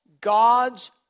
gods